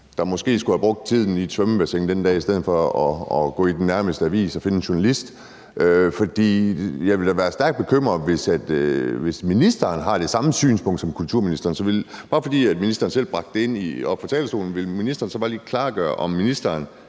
der måske skulle have brugt tiden i svømmebassinet den dag i stedet for at gå ud og finde en journalist hos den nærmeste avis? For jeg vil da være stærkt bekymret, hvis ministeren har det samme synspunkt som kulturministeren. Når nu ministeren selv tog det op oppe fra talerstolen, vil jeg gerne høre, om ministeren